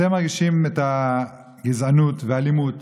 אתם מרגישים את הגזענות והאלימות